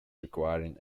requiring